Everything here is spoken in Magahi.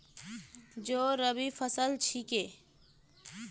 जौ रबी फसल छिके